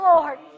Lord